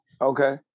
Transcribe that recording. Okay